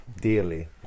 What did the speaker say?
dearly